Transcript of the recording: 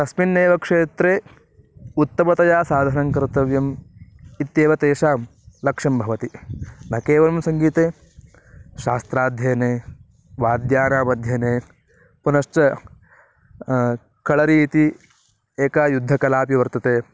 तस्मिन्नेव क्षेत्रे उत्तमतया साधनं कर्तव्यम् इत्येव तेषां लक्ष्यं भवति न केवलं सङ्गीते शास्त्राध्ययने वाद्यानाम् अध्ययने पुनश्च कळरी इति एका युद्धकलापि वर्तते